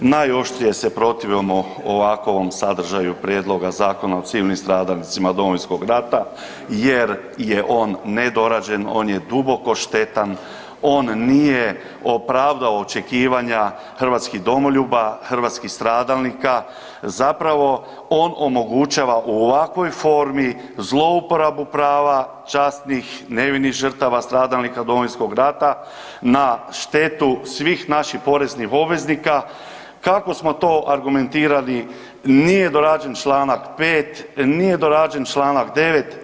Najoštrije se protivimo ovakvom sadržaju prijedloga Zakona o civilnim stradalnicima Domovinskog rata jer je on nedorađen, on je duboko štetan, on nije opravdao očekivanja hrvatskih domoljuba, hrvatskih stradalnika, zapravo on omogućava u ovakvoj formi zlouporabu prava časnih i nevinih žrtava stradalnika Domovinskog rata na štetu svih naših poreznih obveznika, kako smo to argumentirali nije dorađen čl. 5., nije dorađen čl. 9.